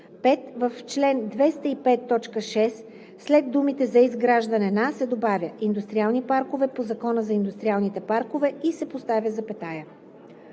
5. В чл. 205, т. 6 след думите „за изграждане на“ се добавя „индустриални паркове по Закона за индустриалните паркове“ и се поставя запетая.“